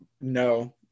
no